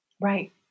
Right